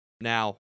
Now